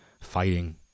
Fighting